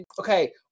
Okay